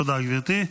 תודה, גברתי.